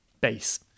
base